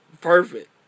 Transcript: Perfect